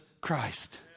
Christ